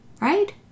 Right